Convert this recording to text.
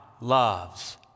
loves